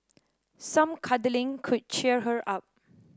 some cuddling could cheer her up